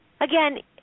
again